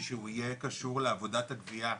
שהוא יהיה קשור לעבודת הגבייה.